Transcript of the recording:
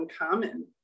uncommon